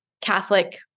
Catholic